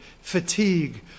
fatigue